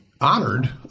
honored